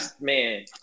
man